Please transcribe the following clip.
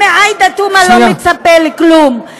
מעאידה תומא, לא מצפה לכלום.